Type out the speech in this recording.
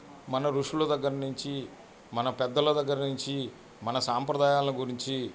మన ఋషుల దగ్గర నుంచి మన పెద్దల దగ్గర నుంచి మన సాంప్రదాయాల గురించి